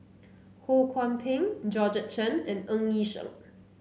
Ho Kwon Ping Georgette Chen and Ng Yi Sheng